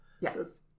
Yes